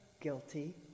guilty